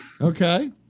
Okay